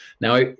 now